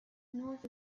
north